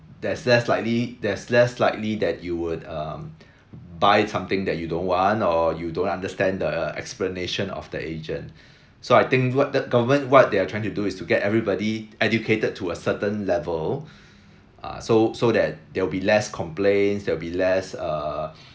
there's less likely there's less likely that you would um buy something that you don't want or you don't understand the explanation of the agent so I think what the government what they're trying to do is to get everybody educated to a certain level uh so so that there will be less complaints there will be less err